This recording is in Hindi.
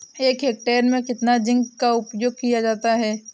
एक हेक्टेयर में कितना जिंक का उपयोग किया जाता है?